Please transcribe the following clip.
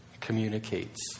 communicates